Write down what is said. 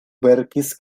verkis